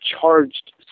charged